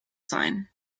sign